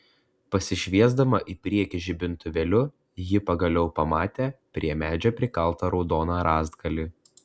pasišviesdama į priekį žibintuvėliu ji pagaliau pamatė prie medžio prikaltą raudoną rąstgalį